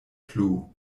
plu